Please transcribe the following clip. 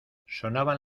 sonaban